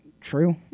True